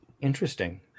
interesting